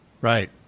Right